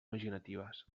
imaginatives